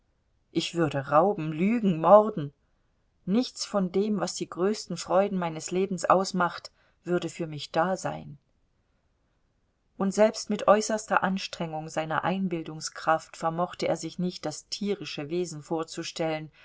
ich würde rauben lügen morden nichts von dem was die größten freuden meines lebens ausmacht würde für mich dasein und selbst mit äußerster anstrengung seiner einbildungskraft vermochte er sich nicht das tierische wesen vorzustellen